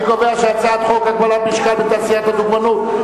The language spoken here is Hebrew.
אני קובע שהצעת חוק הגבלת משקל בתעשיית הדוגמנות,